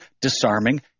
disarming